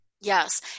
Yes